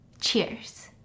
Cheers